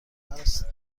هست